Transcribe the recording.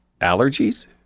allergies